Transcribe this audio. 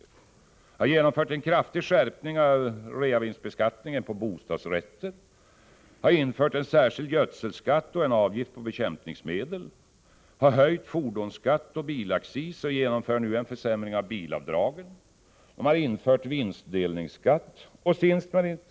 De har genomfört en kraftig skärpning av realisationsvinstsbeskattningen på bostadsrätter. De har infört en särskild gödselskatt och en avgift på bekämpningsmedel. De har höjt fordonsskatt och bilaccis och genomför nu en försämring av bilavdragen. De har infört vinstdelningsskatt.